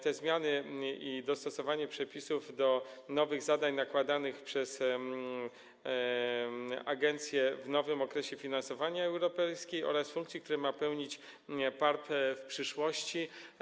Te zmiany i dostosowanie przepisów do nowych zadań nakładanych przez agencję w nowym okresie finansowania oraz funkcji, które ma pełnić PARP w przyszłości.